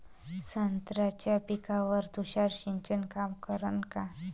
संत्र्याच्या पिकावर तुषार सिंचन काम करन का?